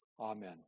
amen